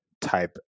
type